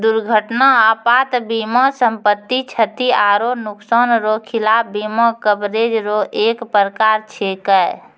दुर्घटना आपात बीमा सम्पति, क्षति आरो नुकसान रो खिलाफ बीमा कवरेज रो एक परकार छैकै